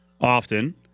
often